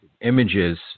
images